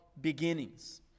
beginnings